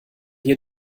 hier